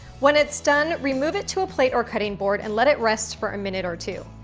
when it's done, remove it to a plate or cutting board and let it rest for a minute or two.